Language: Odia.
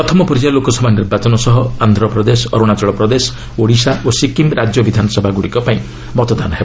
ପ୍ରଥମ ପର୍ଯ୍ୟାୟ ଲୋକସଭା ନିର୍ବାଚନ ସହ ଆନ୍ଧ୍ରପ୍ଦେଶ ଅରୁଣାଚଳପ୍ରଦେଶ ଓଡ଼ିଶା ଓ ସିକିମ୍ ରାଜ୍ୟ ବିଧାନସଭାଗୁଡ଼ିକ ପାଇଁ ମଧ୍ୟ ମତଦାନ ହେବ